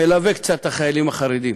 מלווה קצת את החיילים החרדים